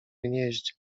gnieździe